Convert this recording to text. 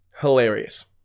hilarious